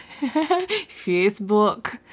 Facebook